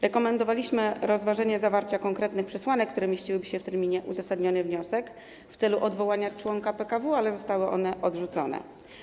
Rekomendowaliśmy rozważenie zawarcia konkretnych przesłanek, które mieściłyby się w terminie: uzasadniony wniosek w celu odwołania członka PKW, ale zostały one odrzucone.